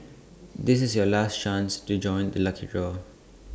this is your last chance to join the lucky draw